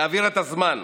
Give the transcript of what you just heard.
להעביר את הזמן,